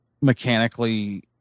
mechanically